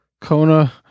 Kona